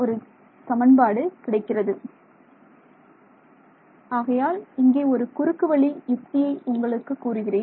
ε0E i 2 H i 2 2 i 2 2Δx ˙ y j 1 z − 1 j 1 − Hz 1 j 1 ஆகையால் இங்கே ஒரு குறுக்குவழி யுத்தியை உங்களுக்கு கூறுகிறேன்